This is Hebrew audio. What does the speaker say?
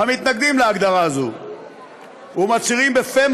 המתנגדים להגדרה הזאת ומצהירים בפה